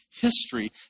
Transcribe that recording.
history